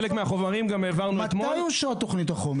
חלק מהחומרים העברנו אתמול --- מתי אושרה תוכנית החומש?